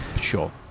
Sure